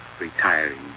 retiring